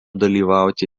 dalyvauti